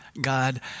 God